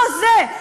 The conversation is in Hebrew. לא זה,